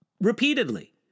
repeatedly